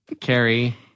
Carrie